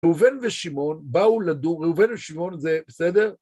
ראובן ושמעון באו לדור, ראובן ושמעון זה בסדר?